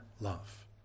love